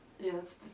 Yes